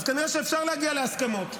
אז כנראה שאפשר להגיע להסכמות.